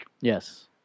Yes